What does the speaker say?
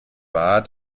war